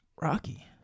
Rocky